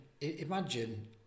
Imagine